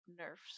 Nerf's